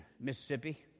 Mississippi